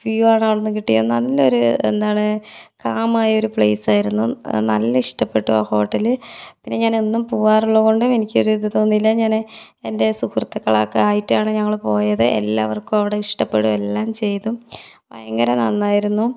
view ആണ് അവിടുന്ന് കിട്ടിയത് നല്ല ഒരു എന്താണ് കാമായ ഒരു പ്ലേസ് ആയിരുന്നു നല്ല ഇഷ്ടപ്പെട്ടു ആ ഹോട്ടൽ പിന്നെ ഞാൻ എന്നും പോവാറുള്ളതു കൊണ്ട് എനിക്കൊരു ഇത് തോന്നിയില്ല ഞാൻ എൻ്റെ സുഹൃത്തുക്കൾ ഒക്കെ ആയിട്ടാണ് ഞങ്ങൾ പോയത് എല്ലാവർക്കും അവിടെ ഇഷ്ടപ്പെടുകയും എല്ലാം ചെയ്തു ഭയങ്കര നന്നായിരുന്നു